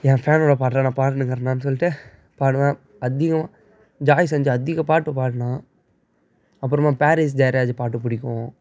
ஏன் ஃபேனோட பாட்டைலாம் நான் பாடின்னு இருக்கிறேன்டான்னு சொல்லிட்டு பாடுவேன் அதிகம் ஜாய் சஞ்சய் அதிக பாட்டு பாட்னான் அப்புறமா பாரீஸ் ஜெயராஜ் பாட்டு பிடிக்கும்